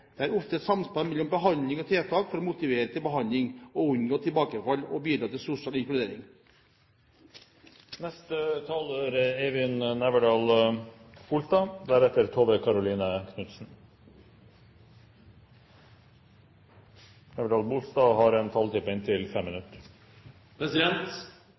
Det er ofte et samspill mellom behandling og tiltak for å motivere til behandling, unngå tilbakefall og bidra til sosial inkludering. En god helsepolitikk forutsetter bl.a. at pasienter har